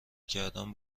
کردن